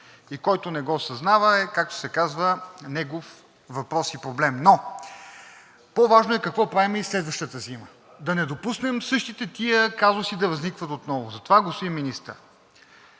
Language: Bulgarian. и който не го осъзнава, е, както се казва, негов въпрос и проблем, но по-важно е какво правим и следващата зима – да не допуснем същите тези казуси да възникват отново. Затова, господин Министър,